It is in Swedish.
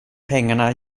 pengarna